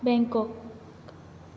Bangkok